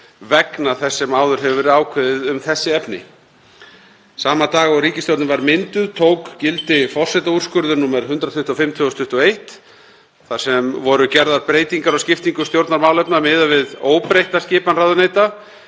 vegna þess sem áður hefur verið ákveðið um þessi efni. Sama dag og ríkisstjórnin var mynduð tók gildi forsetaúrskurður nr. 125/2021, þar sem voru gerðar breytingar á skiptingu stjórnarmálefna miðað við óbreytta skipan ráðuneyta.